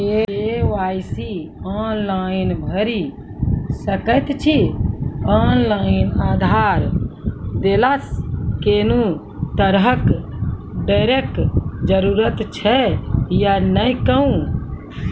KYC online भैरि सकैत छी, ऑनलाइन आधार देलासॅ कुनू तरहक डरैक जरूरत छै या नै कहू?